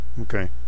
Okay